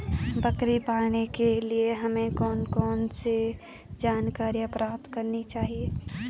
बकरी पालन के लिए हमें कौन कौन सी जानकारियां प्राप्त करनी चाहिए?